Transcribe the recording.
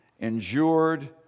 endured